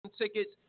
tickets